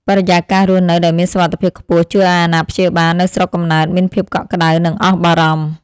បរិយាកាសរស់នៅដែលមានសុវត្ថិភាពខ្ពស់ជួយឱ្យអាណាព្យាបាលនៅស្រុកកំណើតមានភាពកក់ក្តៅនិងអស់បារម្ភ។